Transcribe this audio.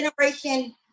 generation